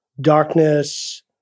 darkness